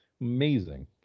Amazing